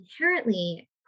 inherently